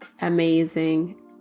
amazing